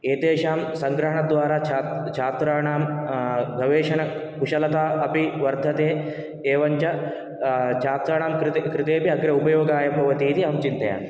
एतेषां सङ्ग्रहणद्वारा छात्राणां गवेषणकुशलता अपि वर्धते एवं च छात्राणां कृते कृतेऽपि अग्रे उपयोगाय भवतीति अहं चिन्तयामि